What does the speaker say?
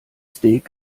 steak